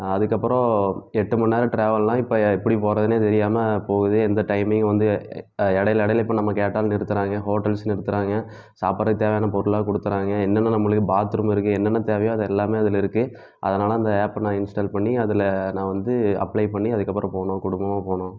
அதற்கப்பறம் எட்டு மண் நேரம் டிராவல்னா இப்போ எப்படி போகறதுனே தெரியாமல் போவது எந்த டைமிங் வந்து இடையில இடையில இப்போ நம்ம கேட்டாலும் நிறுத்துறாங்க ஹோட்டல்ஸ் நிறுத்துறாங்க சாப்பிட்றக்கு தேவையான பொருள்லாம் கொடுத்துட்றாங்க என்னென்ன நம்மளுக்கு பாத்ரூம் இருக்கு என்னென்ன தேவையோ அது எல்லாமே அதில் இருக்கு அதனால் அந்த ஆப்பை நான் இன்ஸ்டால் பண்ணி அதில் நான் வந்து அப்ளை பண்ணி அதற்கப்பறம் போனோம் குடும்பமாக போனோம்